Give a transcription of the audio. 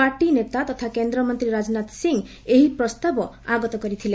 party ନେତା ତଥା କେନ୍ଦ୍ରମନ୍ତ୍ରୀ ରାଜନାଥ ସିଂ ସେହି ପ୍ରସ୍ତାବ ଆଗତ କରିଥିଲେ